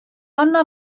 anna